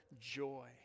joy